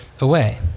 away